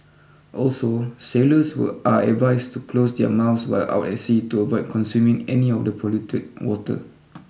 also sailors were are advised to close their mouths while out at sea to avoid consuming any of the polluted water